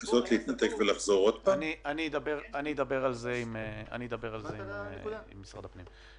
-- אני אדבר על זה עם משרד הפנים.